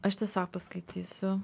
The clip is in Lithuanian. aš tiesiog paskaitysiu